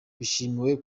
bishimiwe